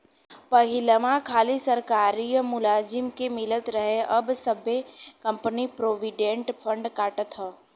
पहिलवा खाली सरकारिए मुलाजिम के मिलत रहे अब सब्बे कंपनी प्रोविडेंट फ़ंड काटत हौ